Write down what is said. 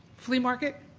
flea market,